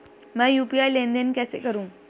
मैं यू.पी.आई लेनदेन कैसे करूँ?